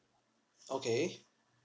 okay